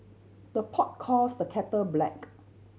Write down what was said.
the pot calls the kettle black